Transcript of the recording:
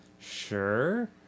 Sure